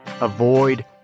Avoid